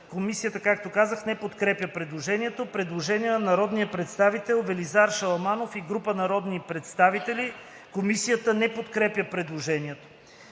Комисията не подкрепя предложението. Предложение на народния представител Велизар Шаламанов и група народни представители. Комисията не подкрепя предложението.